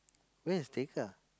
where's Tekka